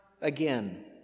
again